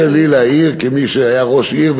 יורשה לי להעיר כמי שהיה ראש עיר,